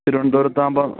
തിരുവനന്തപുരത്താകുമ്പം